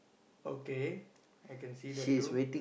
okay I can see that too